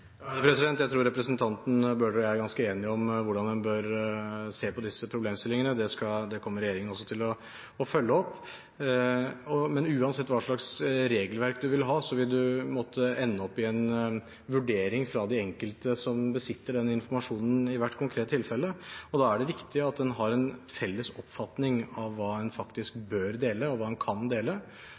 Jeg tror representanten Bøhler og jeg er ganske enige om hvordan en bør se på disse problemstillingene. Det kommer regjeringen også til å følge opp. Men uansett hva slags regelverk en vil ha, vil en måtte ende opp i en vurdering fra de enkelte som besitter informasjonen i hvert konkret tilfelle. Da er det viktig at en har en felles oppfatning av hva en faktisk bør dele, hva en kan dele, og hva en ikke kan dele,